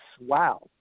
wow